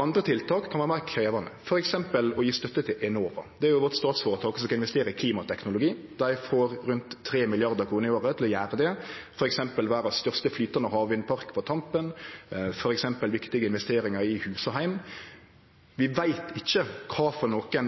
Andre tiltak kan vere meir krevjande, f.eks. å gje støtte til Enova, som er vårt statsføretak som skal investere i klimateknologi. Dei får rundt 3 mrd. kr i året til å gjere det, for eksempel verdas største flytande havvindpark på Tampen, og viktige investeringar i hus og heim. Vi veit ikkje kva